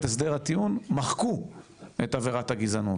הסדר הטיעון מחקו את עבירות הגזענות,